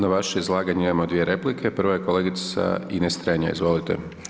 Na vaše izlaganje imamo dvije replike, prva je kolegica Ines Strenja, izvolite.